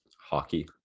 Hockey